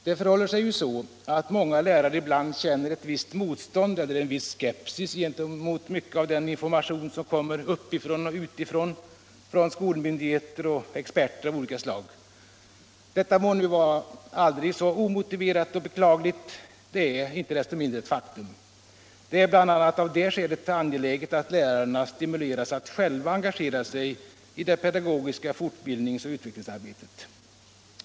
Det förhåller sig ju så, att många lärare ibland känner ett visst motstånd eller en viss skepsis gentemot mycket av den information som kommer uppifrån och utifrån, från skolmyndigheter och experter av olika slag. Detta må nu vara aldrig så omotiverat och beklagligt. Det är inte desto mindre ett faktum. Det är bl.a. därför angeläget att lärarna stimuleras att själva engagera sig i det pedagogiska fortbildningsoch utvecklingsarbetet.